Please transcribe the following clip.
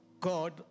God